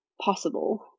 possible